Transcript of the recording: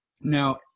Now